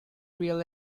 real